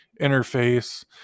interface